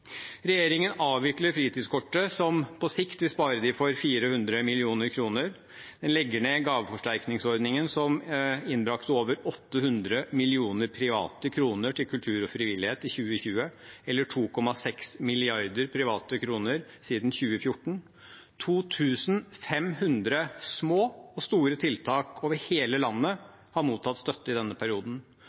Regjeringen avvikler fritidskortet, som på sikt vil spare dem for 400 mill. kr. De legger ned gaveforsterkningsordningen, som innbrakte over 800 mill. private kroner til kultur og frivillighet i 2020, eller 2,6 mrd. private kroner siden 2014. 2 500 små og store tiltak over hele landet har mottatt støtte i denne perioden.